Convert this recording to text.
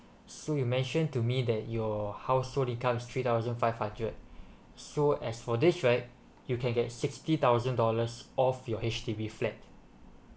so you mentioned to me that your household income is three thousand five hundred so as for this right you can get sixty thousand dollars off your H_D_B flat